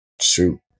shoot